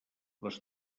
les